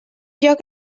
lloc